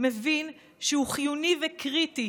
מבין שהוא חיוני וקריטי